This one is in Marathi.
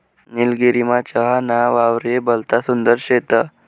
निलगिरीमा चहा ना वावरे भलता सुंदर शेत